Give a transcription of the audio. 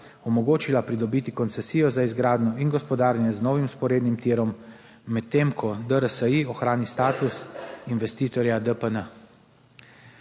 omogočila pridobiti koncesijo za izgradnjo in gospodarjenje z novim vzporednim tirom, medtem ko DRSI ohrani status investitorja DPN.